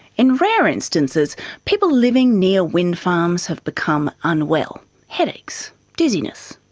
in rare instances people living near windfarms have become unwell headaches, dizziness,